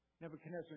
Nebuchadnezzar